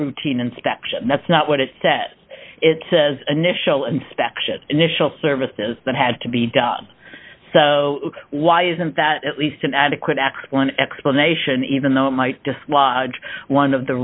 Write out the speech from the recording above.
routine inspection that's not what it says it says initial inspection initial services that had to be done so why isn't that at least an adequate x one explanation even though it might dislodge one of the